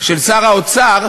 של שר האוצר,